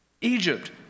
Egypt